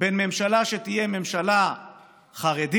בין ממשלה שתהיה ממשלה חרדית,